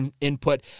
input